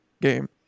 game